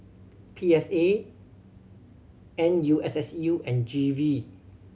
P S A N U S S U and G V